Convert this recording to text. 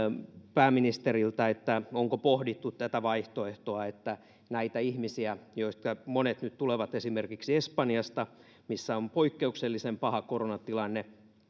pääministeriltä onko pohdittu tätä vaihtoehtoa että näitä ihmisiä joista monet nyt tulevat esimerkiksi espanjasta missä on poikkeuksellisen paha koronatilanne